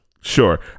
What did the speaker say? Sure